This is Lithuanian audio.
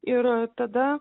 ir tada